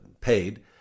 paid